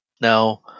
Now